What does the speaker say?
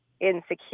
insecure